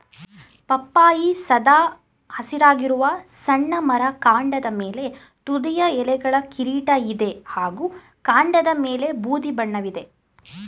ಪಪ್ಪಾಯಿ ಸದಾ ಹಸಿರಾಗಿರುವ ಸಣ್ಣ ಮರ ಕಾಂಡದ ಮೇಲೆ ತುದಿಯ ಎಲೆಗಳ ಕಿರೀಟ ಇದೆ ಹಾಗೂ ಕಾಂಡದಮೇಲೆ ಬೂದಿ ಬಣ್ಣವಿದೆ